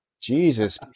jesus